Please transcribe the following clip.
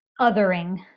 othering